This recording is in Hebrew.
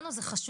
לנו זה חשוב,